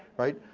right?